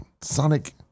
Sonic